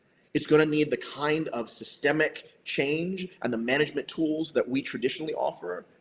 it's going to need the kind of systemic change and the management tools that we traditionally offer.